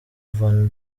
van